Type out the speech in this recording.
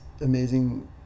amazing